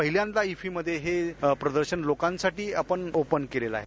पहिल्यांदा इफ्फीमध्ये हे प्रदर्शन लोकांसाठी आपण ओपन केलेलं आहे